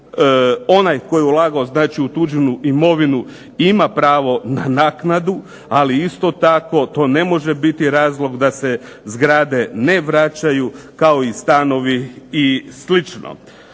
Onaj tko je ulagao znači u tuđu imovinu ima pravo na naknadu, ali isto tako to ne može biti razlog da se zgrade ne vraćaju kao i stanovi i